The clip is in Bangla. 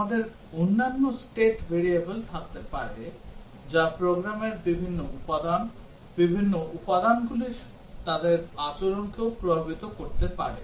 আমাদের অন্যান্য state variable থাকতে পারে যা প্রোগ্রামের বিভিন্ন উপাদান বিভিন্ন উপাদানগুলির তাদের আচরণকেও প্রভাবিত করতে পারে